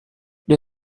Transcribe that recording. they